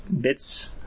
bits